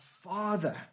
Father